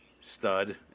stud